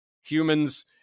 Humans